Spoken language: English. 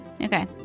Okay